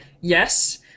yes